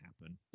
happen